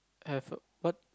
have what